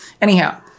Anyhow